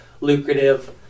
lucrative